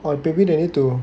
or maybe they need to